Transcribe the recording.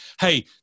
hey